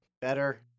better